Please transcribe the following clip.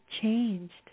changed